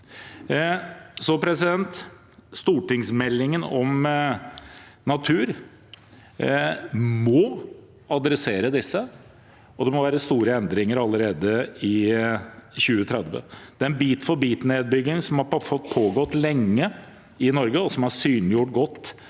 Stortingsmeldingen om natur må ta tak i dette, og det må være store endringer allerede i 2030. Den bit-for-bit-nedbyggingen som har fått pågå lenge i Norge, og som har blitt godt